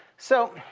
so